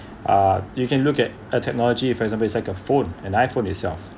uh you can look at a technology for example is like a phone an iphone itself